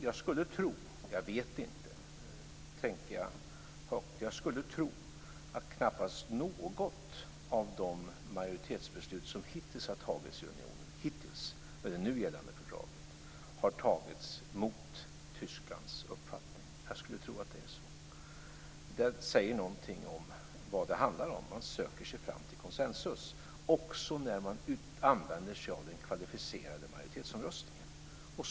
Jag skulle tro - jag vet inte - att knappast något av de majoritetsbeslut som hittills har fattats i unionen med nu gällande fördrag har fattats mot Tysklands uppfattning. Det säger någonting om vad det handlar om, dvs. man söker sig fram till konsensus också när man använder sig av omröstning med kvalificerad majoritet.